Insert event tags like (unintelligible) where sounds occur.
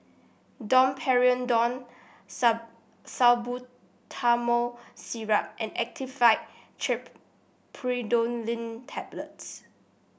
Domperidone (unintelligible) Salbutamol Syrup and Actifed Triprolidine Tablets